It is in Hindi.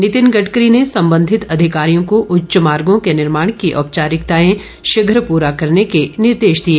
नितिन गडकरी ने संबंधित अधिकारियों को उच्च मार्गों के निर्माण की औपचारिकताएं शीघ्र पूरा करने के निर्देश दिए